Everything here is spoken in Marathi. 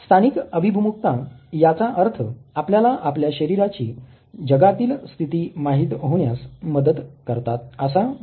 स्थानिक अभिमुखता याचा अर्थ आपल्याला आपल्या शरीराची जगातील स्थिती माहित होण्यास मदत करतात असा होतो